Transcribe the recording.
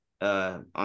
on